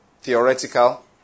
theoretical